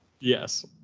Yes